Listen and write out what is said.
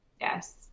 Yes